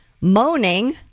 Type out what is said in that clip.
moaning